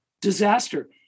disaster